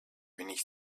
wenig